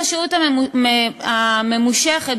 בשהות ממושכת,